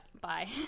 Bye